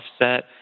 offset